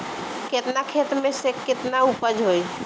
केतना खेत में में केतना उपज होई?